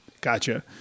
Gotcha